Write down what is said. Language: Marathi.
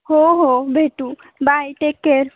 हो हो भेटू बाय टेक केअर